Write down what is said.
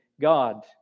God